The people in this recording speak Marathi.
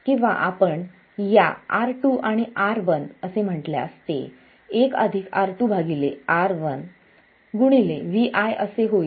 किंवा आपण या R2 आणि R1 असे म्हटल्यास ते 1 R2 R1 Vi असे होईल